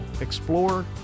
explore